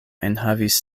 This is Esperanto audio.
enhavis